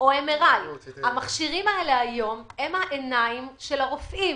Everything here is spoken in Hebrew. או MRI. המכשירים האלה היום הם העיניים של הרופאים.